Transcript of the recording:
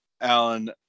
Alan